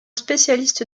spécialiste